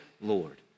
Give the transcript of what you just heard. Lord